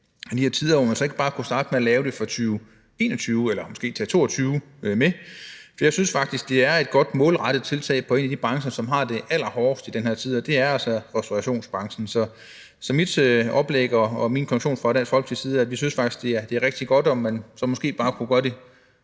de her tider. Så kunne man ikke bare starte med at lave det for 2021 eller måske tage 2022 med? For jeg synes faktisk, det er et godt målrettet tiltag for en af de brancher, der har det allerhårdest i den her tid, og det er altså restaurationsbranchen. Så mit oplæg og en konklusion om det fra Dansk Folkepartis side er, at vi faktisk synes, at det er rigtig godt, og at man så bare kunne gøre